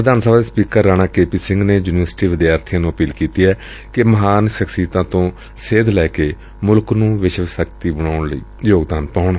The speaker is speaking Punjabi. ਵਿਧਾਨ ਸਭਾ ਦੇ speaker Rana K P Singh ਨੇ ਯੁਨੀਵਰਸਿਟੀ ਵਿਦਿਆਰਥੀਆਂ ਨੁੰ ਅਪੀਲ ਕੀਤੀ ਕਿ ਮਹਾਨ ਸ਼ਖਸੀਅਤਾਂ ਤੋਂ ਸੇਧ ਲੈ ਕੇ ਮੁਲਕ ਨੂੰ ਵਿਸ਼ਵ ਸ਼ਕਤੀ ਬਣਾਉਣ ਲਈ ਯੋਗਦਾਨ ਪਾਉਣ